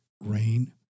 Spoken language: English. rain